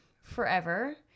forever